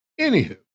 Anywho